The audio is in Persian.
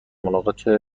ملاقات